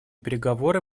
переговоры